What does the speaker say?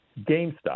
GameStop